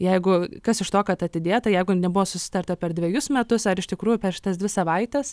jeigu kas iš to kad atidėta jeigu nebuvo susitarta per dvejus metus ar iš tikrųjų per šitas dvi savaites